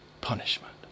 punishment